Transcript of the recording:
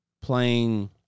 playing